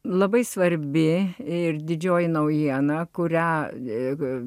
labai svarbi ir didžioji naujiena kurią jėga